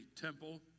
temple